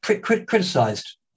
criticized